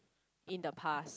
in the past